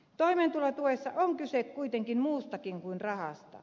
toimeentulotuessa on kyse kuitenkin muustakin kuin rahasta